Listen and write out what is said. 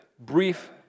brief